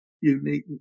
unique